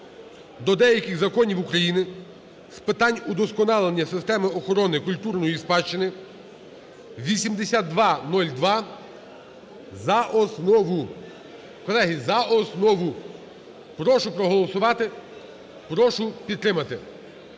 до деяких законів України з питань удосконалення системи охорони культурної спадщини (8202) за основу. Колеги, за основу. Прошу проголосувати, прошу підтримати.